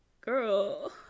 girl